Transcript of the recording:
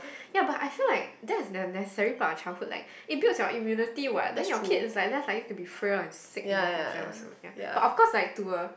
ya but I feel like there are a necessary part of childhood like it builds your immunity [what] then your kids is like less likely to be frail and sick in future also ya but of course like to a